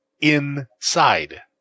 inside